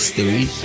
three